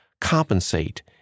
compensate